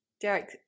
Derek